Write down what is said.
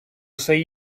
усе